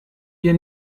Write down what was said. wir